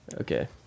Okay